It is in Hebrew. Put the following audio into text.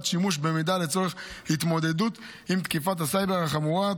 שימוש במידע לצורך התמודדות עם תקיפת הסייבר החמורה.